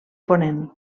ponent